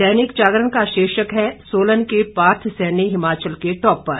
दैनिक जागरण का शीर्षक है सोलन के पार्थ सैनी हिमाचल के टॉपर